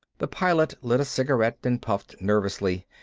the pilot lit a cigarette and puffed nervously.